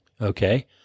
Okay